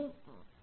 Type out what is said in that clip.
Q2Pi E0Er